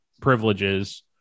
privileges